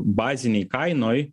bazinėj kainoj